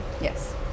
Yes